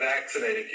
vaccinated